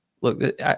look